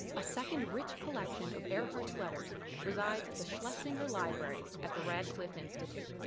a second rich collection of earhart's letters resides at the schlesinger library at the radcliffe institute.